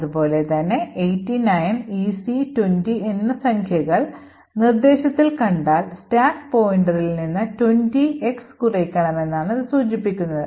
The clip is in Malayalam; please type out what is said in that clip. അതുപോലെ തന്നെ 89 EC 20 എന്നീ സംഖ്യകൾ നിർദ്ദേശത്തിൽ കണ്ടാൽ സ്റ്റാക്ക് പോയിന്ററിൽ നിന്ന് 20X കുറയ്ക്കുകയാണെന്ന് ഇത് സൂചിപ്പിക്കുന്നു